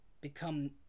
become